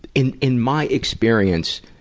in in my experience,